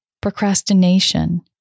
procrastination